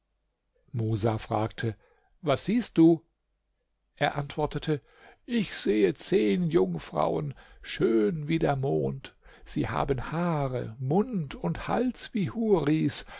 musa fragte was siehst du er antwortete ich sehe zehn jungfrauen schön wie der mond sie haben haare mund und hals wie huris